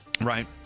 Right